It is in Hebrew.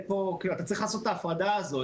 צריך לעשות את ההפרדה הזאת.